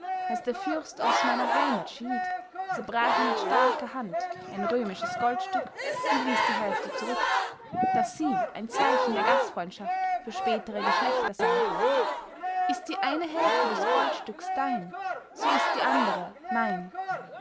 als der fürst aus meiner heimat schied zerbrach er mit starker hand ein römisches goldstück und ließ die hälfte zurück daß sie ein zeichen der gastfreundschaft für spätere geschlechter sei ist die eine hälfte des goldstücks dein so ist die andere mein